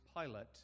Pilate